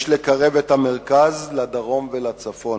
יש לקרב את המרכז לדרום ולצפון.